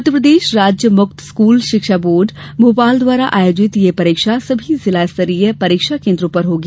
मध्यप्रदेश राज्य मुक्त स्कूल शिक्षा बोर्ड भोपाल द्वारा आयोजित यह परीक्षा सभी जिला स्तरीय परीक्षा केन्द्रों पर होगी